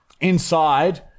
inside